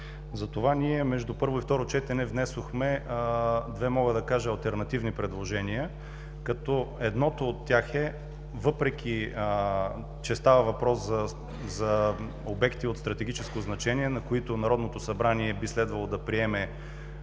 Затова ние между първо и второ четене внесохме две алтернативни предложения, като едното от тях е – въпреки че става въпрос за обекти от стратегическо значение, на които Народното събрание би следвало да приеме